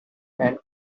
and